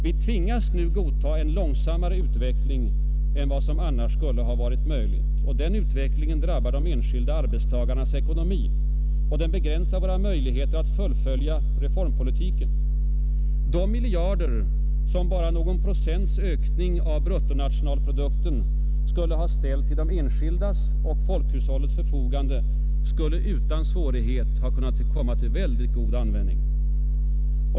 Vi tvingas nu godta en långsammare utveckling än vad som annars skulle ha varit möjligt. Den utvecklingen drabbar de enskilda arbetstagarnas ekonomi, och den begränsar våra möjligheter att fullfölja reformpolitiken. De miljarder kronor som bara någon procents ökning av bruttonationalprodukten skulle ha ställt till de enskildas och folkhushållets förfogande skulle utan svårighet kunna komma till mycket god användning.